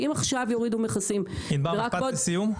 כי אם עכשיו יורידו מכסים ורק בעוד --- ענבר משפט לסיום.